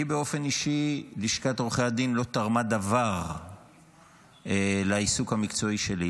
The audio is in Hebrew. לי באופן אישי לשכת עורכי הדין לא תרמה דבר לעיסוק המקצועי שלי.